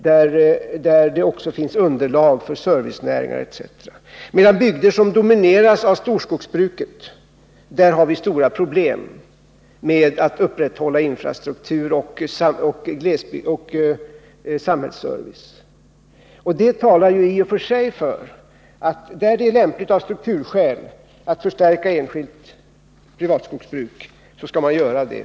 Där finns det också underlag för servicenäringar etc., medan bygder som domineras av storskogsbruket har stora problem med att upprätthålla infrastruktur och samhällsservice. Detta talar i och för sig för att man, när det är lämpligt av strukturskäl att förstärka enskilt privatskogsbruk, skall göra det.